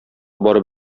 барып